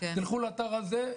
תלכו לאתר הזה,